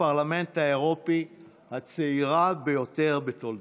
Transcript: הפרלמנט האירופי הצעירה ביותר בתולדותיו.